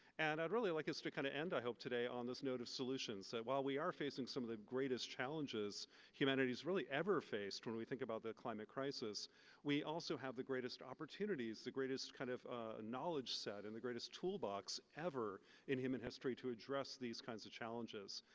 and i'd really like it's to kind of and end today on this note of solutions. while we are facing some of the greatest challenges humanity's really ever faced, when we think about the climate crisis we also have the greatest opportunities, the greatest kind of ah knowledge set, and the greatest toolbox ever in human history to address these kinds of challenges.